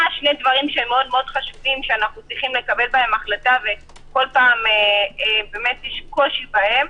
שני דברים חשובים שאנחנו צריכים לקבל בהם החלטה וכל פעם יש קושי בהם: